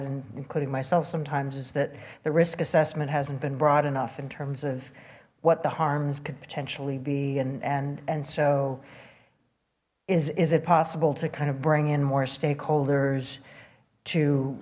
and including myself sometimes is that the risk assessment hasn't been broad enough in terms of what the harms could potentially be and and and so is it possible to kind of bring in more stakeholders to